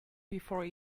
before